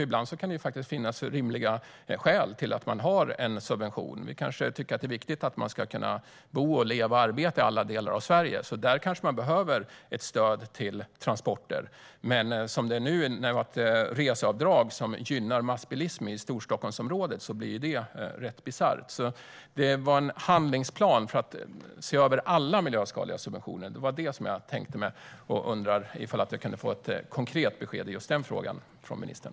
Ibland kan det faktiskt finnas rimliga skäl till att det finns en subvention. Vi kanske tycker att det är viktigt att man ska kunna bo, leva och arbeta i alla delar av Sverige. Där kanske behövs ett stöd till transporter. Men reseavdrag som gynnar massbilismen i Storstockholmsområdet blir rätt bisarrt. Jag tänkte mig en handlingsplan för att se över alla miljöskadliga subventioner. Jag undrar om jag kan få ett konkret besked i just den frågan från ministern.